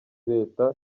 leta